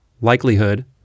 likelihood